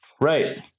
right